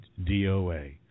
DOA